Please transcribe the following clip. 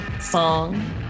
song